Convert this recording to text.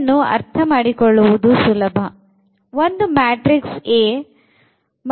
ಇದನ್ನು ಅರ್ಥ ಮಾಡಿಕೊಳ್ಳುವುದು ಸುಲಭ ಒಂದು ಮ್ಯಾಟ್ರಿಕ್ಸ್ A ಮತ್ತು ಇದು x